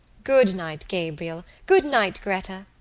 good-night, gabriel. good-night, gretta!